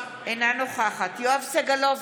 אינה נוכחת יואב סגלוביץ'